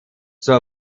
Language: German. zur